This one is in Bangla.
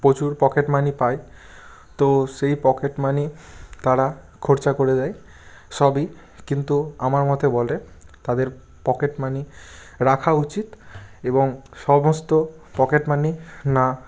প্রচুর পকেট মানি পায় তো সেই পকেট মানি তারা খরচা করে দেয় সবই কিন্তু আমার মতে বলে তাদের পকেট মানি রাখা উচিত এবং সমস্ত পকেট মানি না